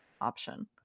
option